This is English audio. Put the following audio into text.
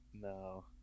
No